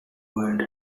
world